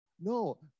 no